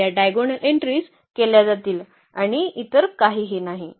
तर या diagonal entries केल्या जातील आणि इतर काहीही नाही